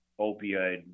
opioid